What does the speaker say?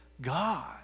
God